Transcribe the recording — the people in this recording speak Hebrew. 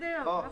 רק